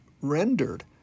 rendered